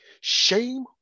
shame